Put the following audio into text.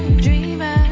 dreamer.